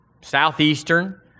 southeastern